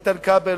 איתן כבל,